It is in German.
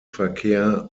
verkehr